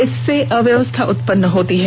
इससे अव्यवस्था उत्पन्न होती है